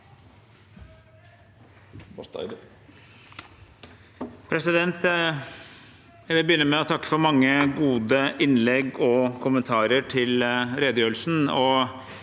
Jeg vil begynne med å takke for mange gode innlegg og kommentarer til redegjørelsen.